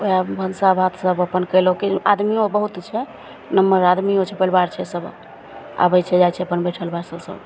वएहमे भनसाभात सब अपन कएलहुँ कि आदमिओ बहुत छै नमहर आदमिओ छै परिवार छै सभ आबै छै जाइ छै बैठल बासल सभ